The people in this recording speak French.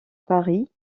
paris